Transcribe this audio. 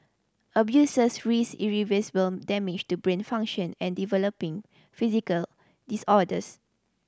abusers risked irreversible damage to brain function and developing physical disorders